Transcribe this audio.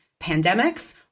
pandemics